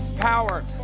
power